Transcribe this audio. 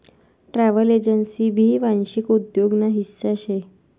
travel agency भी वांशिक उद्योग ना हिस्सा शे